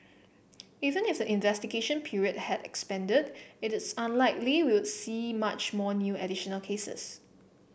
even if investigation period had expanded it is unlikely we would see much more new additional cases